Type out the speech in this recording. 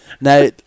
Now